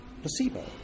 placebo